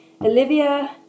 Olivia